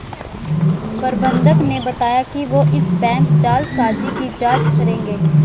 प्रबंधक ने बताया कि वो इस बैंक जालसाजी की जांच करेंगे